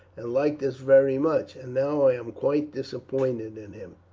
and liked us very much, and now i am quite disappointed in him.